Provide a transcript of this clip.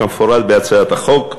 כמפורט בהצעת החוק,